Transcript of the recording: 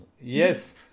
Yes